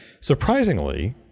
surprisingly